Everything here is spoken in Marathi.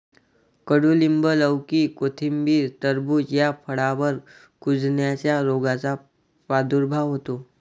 कडूलिंब, लौकी, कोथिंबीर, टरबूज या फळांवर कुजण्याच्या रोगाचा प्रादुर्भाव होतो